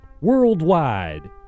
worldwide